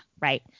right